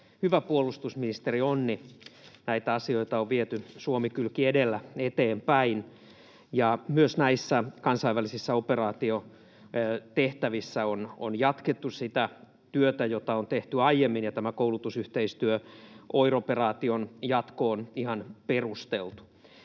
hyvä puolustusministerionni. Näitä asioita on viety Suomi-kylki edellä eteenpäin ja myös näissä kansainvälisissä operaatiotehtävissä on jatkettu sitä työtä, jota on tehty aiemmin, ja tämä koulutusyhteistyön jatko, OIR-operaation jatko, on ihan perusteltu.